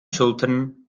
schultern